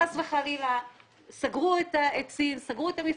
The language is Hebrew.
חס וחלילה סגרו את סין, סגרו את המפעלים,